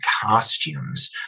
costumes